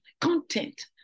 content